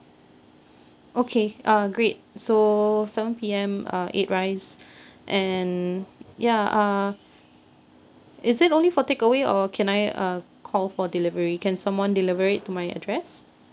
okay uh great so seven P_M uh eight rice and ya uh is it only for takeaway or can I uh call for delivery can someone deliver it to my address